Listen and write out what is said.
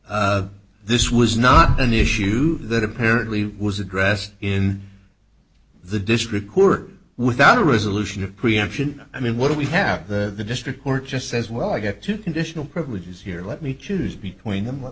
yet this was not an issue that apparently was addressed in the district court without a resolution of preemption i mean what do we have the district court just says well i get to conditional privileges here let me choose between them let